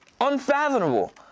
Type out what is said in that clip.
unfathomable